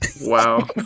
wow